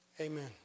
Amen